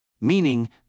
meaning